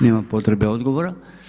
Nema potrebe odgovora.